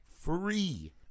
free